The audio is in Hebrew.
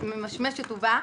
שממשמשת ובאה.